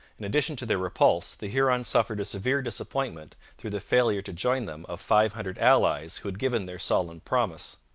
in addition to their repulse, the hurons suffered a severe disappointment through the failure to join them of five hundred allies who had given their solemn promise.